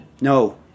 No